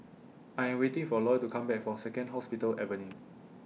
I Am waiting For Loy to Come Back from Second Hospital Avenue